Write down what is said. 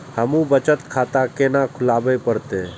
हमू बचत खाता केना खुलाबे परतें?